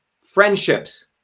friendships